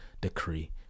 decree